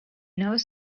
knows